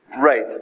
Right